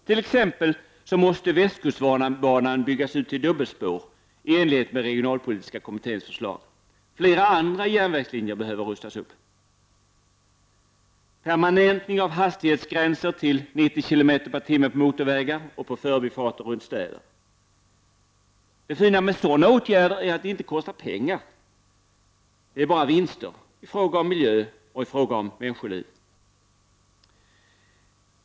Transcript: T.ex. måste västkustbanan byggas ut till dubbelspår i enlighet med regionalpolitiska kommitténs förslag. Även flera andra järnvägslinjer behöver rustas upp. Det behövs en permanentning av hastighetsgränsen till 90 km/tim på motorvägar och förbifarter runt städer. Det fina med sådana åtgärder är att de inte kostar pengar utan bara ger vinster i fråga om miljö och människoliv.